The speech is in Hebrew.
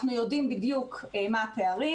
אנחנו יודעים בדיוק מה הפערים.